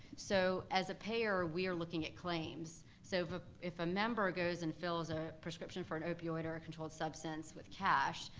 so as a payer, we're looking at claims. so if if a members goes and fills a prescription for an opioid or a controlled substance with cash,